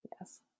Yes